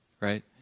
right